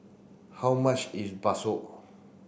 how much is Bakso